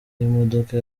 y’imodoka